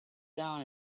down